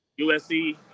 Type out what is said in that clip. USC